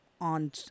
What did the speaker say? On